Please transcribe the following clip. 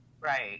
Right